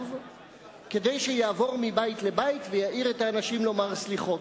וברגליו כדי שיעבור מבית לבית ויעיר את האנשים לומר סליחות,